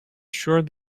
sure